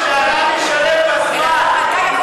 שהרב ישלם בזמן.